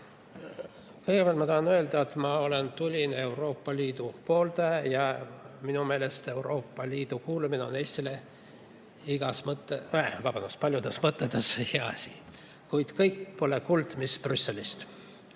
Kõigepealt ma tahan öelda, et ma olen tuline Euroopa Liidu pooldaja ja minu meelest Euroopa Liitu kuulumine on Eestile väga paljus mõttes hea asi. Kuid kõik pole kuld, mis Brüsselist